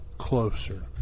closer